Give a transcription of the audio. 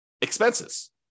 expenses